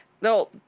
no